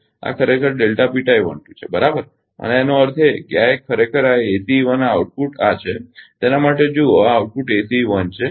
તો આ ખરેખર છે બરાબર અને એનો અર્થ એ કે આ એક ખરેખર આ ACE 1 આ આઉટપુટ આ છે તેના માટે જુઓ આ આઉટપુટ એસીઇ 1 છે